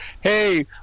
hey